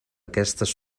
aquestes